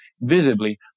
visibly